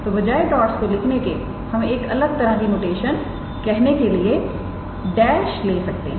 तो बजाय डॉट्स को लिखने के हम एक अलग तरह की नोटेशन कहने के लिए डेशले सकते हैं